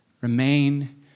remain